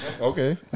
Okay